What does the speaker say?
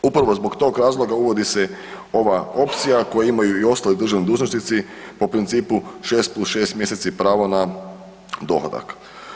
Upravo zbog tog razloga uvodi se ova opcija koju imaju i ostali državni dužnosnici po principu 6 + 6 mjeseci pravo na dohodak.